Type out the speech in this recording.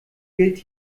gilt